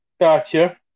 Gotcha